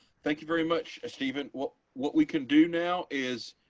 thank you very much, stephen. what what we can do now is,